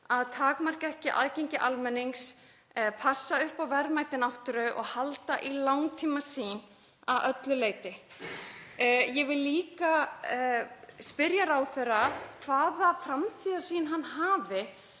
að takmarka ekki aðgengi almennings, passa upp á verðmæti náttúru og halda í langtímasýn að öllu leyti. Ég vil líka spyrja ráðherra hvaða framtíðarsýn hann hafi